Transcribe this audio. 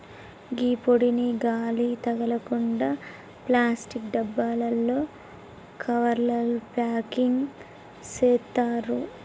గీ పొడిని గాలి తగలకుండ ప్లాస్టిక్ డబ్బాలలో, కవర్లల ప్యాకింగ్ సేత్తారు